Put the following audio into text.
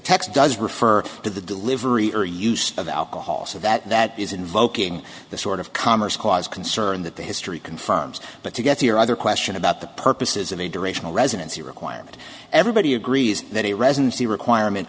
text does refer to the delivery or use of alcohol so that that is invoking the sort of commerce clause concern that the history confirms but to get to your other question about the purposes of a durational residency requirement everybody agrees that a residency requirement